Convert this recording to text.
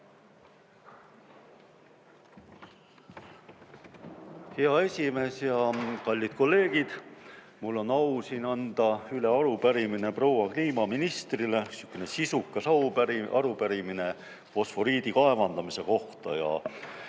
Hea esimees ja kallid kolleegid! Mul on au anda siin üle arupärimine proua kliimaministrile, sihukene sisukas arupärimine fosforiidi kaevandamise kohta.